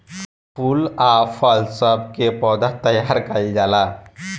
फूल आ फल सब के पौधा तैयार कइल जाला